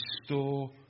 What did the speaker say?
Restore